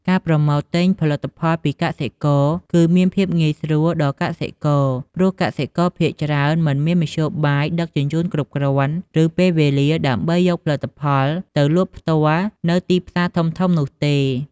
ការប្រមូលទិញផលិតផលពីកសិករ គឺមានភាពងាយស្រួលដល់កសិករព្រោះកសិករភាគច្រើនមិនមានមធ្យោបាយដឹកជញ្ជូនគ្រប់គ្រាន់ ឬពេលវេលាដើម្បីយកផលិតផលទៅលក់ផ្ទាល់នៅទីផ្សារធំៗនោះទេ។